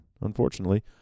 unfortunately